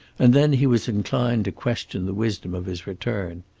and then he was inclined to question the wisdom of his return.